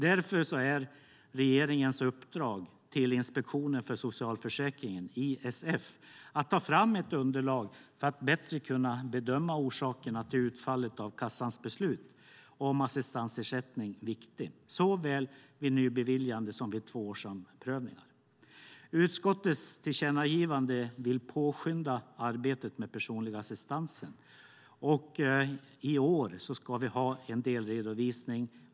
Därför är regeringens uppdrag till Inspektionen för socialförsäkringen, ISF, viktigt: att ta fram ett underlag för att bättre kunna bedöma orsakerna till utfallet av Försäkringskassans beslut om assistansersättning, såväl vid nybeviljande som vid tvåårsomprövningar. Utskottet vill genom tillkännagivandet påskynda arbetet med den personliga assistansen. I år ska vi ha en delredovisning.